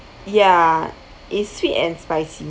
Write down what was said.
ya it's sweet and spicy